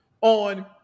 on